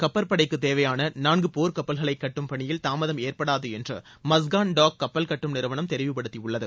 கப்பற்படைக்கு தேவையான நான்கு போர் கப்பல்களை கட்டும் பணியில் தாமதம் ஏற்படாது என்று மஸ்கான் டாக் கப்பல் கட்டும் நிறுவனம் தெரிவுப்படுத்தியுள்ளது